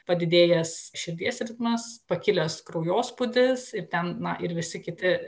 padidėjęs širdies ritmas pakilęs kraujospūdis ir ten na ir visi kiti